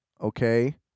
okay